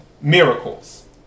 miracles